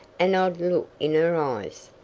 an odd look in her eyes.